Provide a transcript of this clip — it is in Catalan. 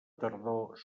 tardor